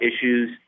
issues